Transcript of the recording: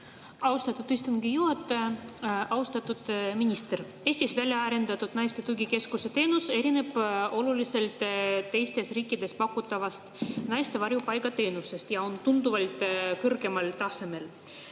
Austatud istungi juhataja! Austatud minister! Eestis välja arendatud naiste tugikeskuse teenus erineb oluliselt teistes riikides pakutavast naiste varjupaiga teenusest ja on tunduvalt kõrgemal tasemel.